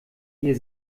ihr